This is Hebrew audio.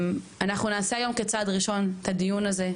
אנחנו נקיים היום, כצעד ראשון, את הדיון הזה.